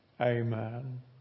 Amen